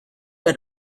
had